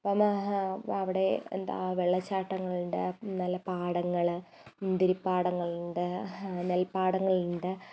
മഹാ അവിടെ എന്താ വെള്ളച്ചാട്ടങ്ങളുണ്ട് നല്ല പാടങ്ങൾ മുന്തിരി പാടങ്ങളുണ്ട് നെൽപ്പാടങ്ങളുണ്ട്